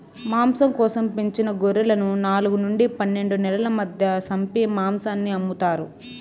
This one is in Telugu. మాంసం కోసం పెంచిన గొర్రెలను నాలుగు నుండి పన్నెండు నెలల మధ్య సంపి మాంసాన్ని అమ్ముతారు